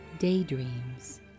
daydreams